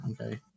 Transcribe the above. Okay